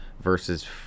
versus